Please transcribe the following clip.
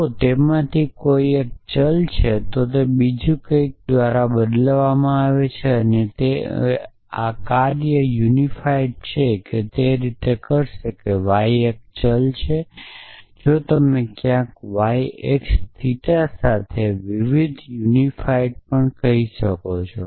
જો તેમાંથી કોઈ એક ચલ છે તો તે કંઈક બીજું દ્વારા બદલવા માટેનો ઉમેદવાર છે અને આ કાર્ય યુનિફાઇટ એ જ રીતે કરશે જો y એક ચલ છે તો તમે ક્યાંક yx થીટા સાથે વિવિધ યુનિફાઇડ પણ કહી શકો છો